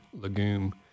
legume